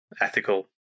ethical